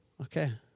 Okay